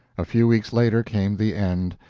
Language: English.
a few weeks later came the end,